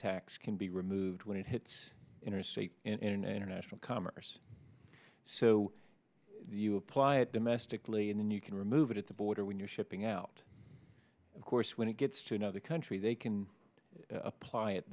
tax can be removed when it hits interstate international commerce so you apply it domestically and you can remove it at the border when you're shipping out of course when it gets to another country they can apply it